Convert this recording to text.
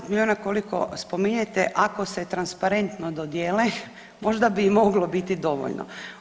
20 milijuna koliko spominjete ako se transparentno dodijele možda bi i moglo biti dovoljno.